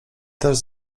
też